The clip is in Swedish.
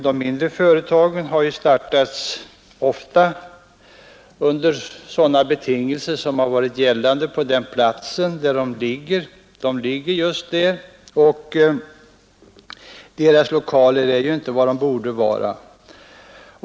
De mindre företagen har ofta startats under de speciella betingelser som varit rådande på ifrågavarande plats, och deras lokaler är många gånger inte sådana som de borde vara.